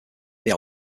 they